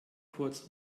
kurz